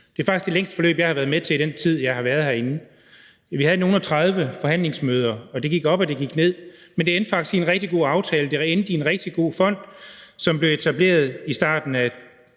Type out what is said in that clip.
Det er faktisk det længste forløb, jeg har været med til, i den tid, jeg har været herinde. Vi havde nogle og tredive forhandlingsmøder, og det gik op, og det gik ned, men det endte faktisk med at blive en rigtig god aftale, og det endte med at blive en rigtig god fond, som blev etableret i starten af